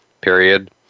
period